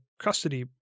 custody